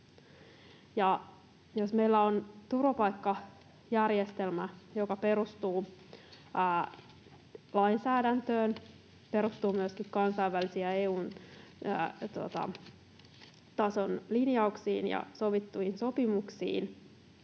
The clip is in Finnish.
Jos meillä on turvapaikkajärjestelmä, joka perustuu lainsäädäntöön, perustuu myöskin kansainvälisiin ja EU-tason linjauksiin ja sovittuihin sopimuksiin,